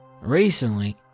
recently